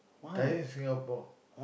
tired Singapore